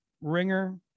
ringer